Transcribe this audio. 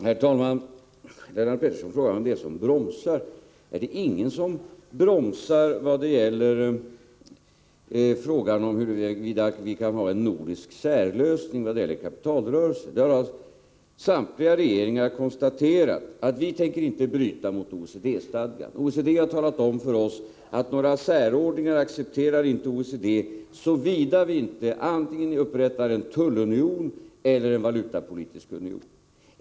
Herr talman! Lennart Pettersson frågar vem det är som bromsar. Det är ingen som bromsar när det gäller huruvida vi kan ha en nordisk särlösning i fråga om kapitalrörelser. Samtliga regeringar har konstaterat att man inte tänker bryta mot OECD-stadgan. Från OECD har man talat om för oss att någon särordning inte accepteras, såvida vi inte upprättar antingen en tullunion eller en valutapolitisk union.